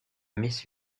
mrs